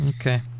Okay